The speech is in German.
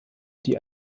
die